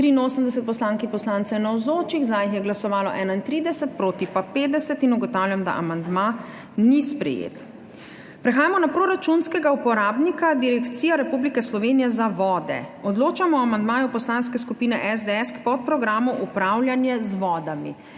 31, proti pa 50. (Za je glasovalo 31.) (Proti 50.) Ugotavljam, da amandma ni sprejet. Prehajamo na proračunskega uporabnika Direkcija Republike Slovenije za vode. Odločamo o amandmaju Poslanske skupine SDS k podprogramu Upravljanje z vodami.